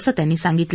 असं त्यांनी सांगितलं